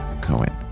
Cohen